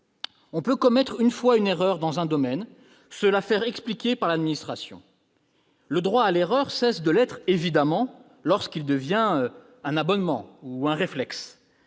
On peut commettre une fois une erreur dans un domaine et se la faire expliquer par l'administration. Le droit à l'erreur cesse évidemment d'exister lorsqu'il devient un abonnement ou un réflexe,